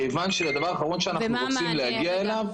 כיוון שהדבר האחרון שאנחנו רוצים להגיע אליו.